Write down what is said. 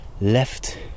left